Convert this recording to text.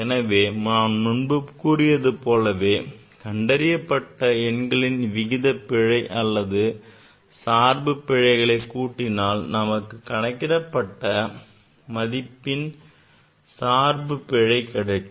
எனவே முன்பு நான் கூறியது போல கண்டறியப்பட்ட எண்களின் விகித பிழை அல்லது சார்பு பிழைகளை கூட்டினால் நமக்கு கணக்கிடப்பட்ட மதிப்பிண் சார்பு பிழை கிடைக்கும்